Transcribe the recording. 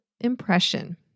impression